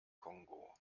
kongo